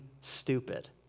stupid